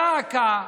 דא עקא,